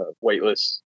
weightless